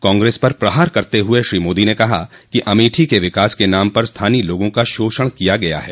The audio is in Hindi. कांग्रेस पर प्रहार करते हुए श्री मोदी ने कहा कि अमेठी के विकास के नाम पर स्थानीय लोगों का शोषण किया गया है